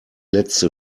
letzte